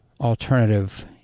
alternative